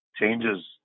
changes